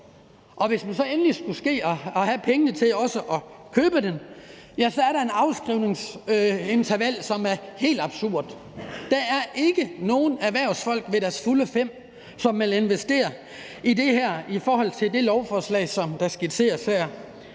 Og hvis det så endelig skulle ske, at man havde pengene til at købe en, er der et afskrivningsinterval, som er helt absurd. Der er ikke nogen erhvervsfolk ved deres fulde fem, som vil investere i det her, sådan som lovforslaget er skitseret her.